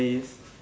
waste